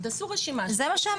אז לא היה על מה להתלונן.